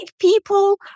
people